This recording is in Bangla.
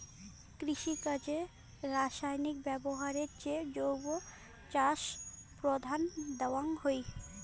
কৃষিকাজে রাসায়নিক ব্যবহারের চেয়ে জৈব চাষক প্রাধান্য দেওয়াং হই